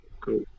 Cool